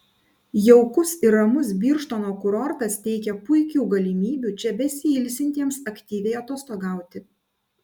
jaukus ir ramus birštono kurortas teikia puikių galimybių čia besiilsintiems aktyviai atostogauti